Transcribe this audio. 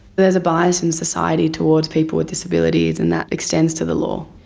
there's a bias in society towards people with disabilities and that extends to the law.